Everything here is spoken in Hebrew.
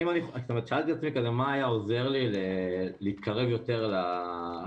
שאלתי את עצמי מה היה עוזר לי להתקרב יותר להצלחה.